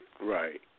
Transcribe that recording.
Right